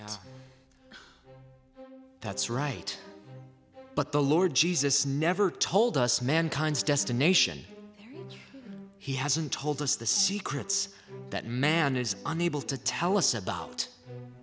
follow that's right but the lord jesus never told us mankind's destination he hasn't told us the secrets that man is unable to tell us about